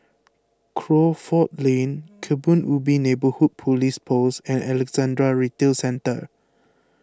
Crawford Lane Kebun Ubi Neighbourhood Police Post and Alexandra Retail Centre